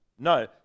No